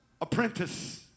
apprentice